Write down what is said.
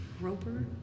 roper